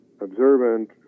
observant